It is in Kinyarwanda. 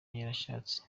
yarashatse